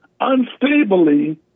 unstably